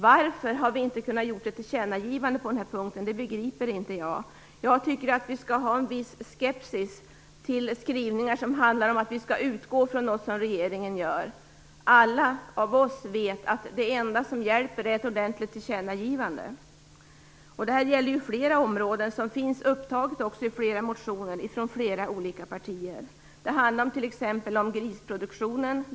Varför har utskottet inte kunnat göra ett tillkännagivande på den här punkten? Det begriper inte jag. Jag tycker att man skall ha en viss skepsis till skrivningar som handlar om att man skall utgå från något som regeringen gör. Alla vet att det enda som hjälper är ett ordentligt tillkännagivande. Detta gäller för flera områden, som finns upptagna i flera motioner från flera olika partier. Det handlar t.ex. om grisproduktionen.